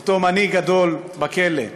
אותו מנהיג גדול בכלא,